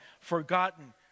forgotten